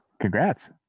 Congrats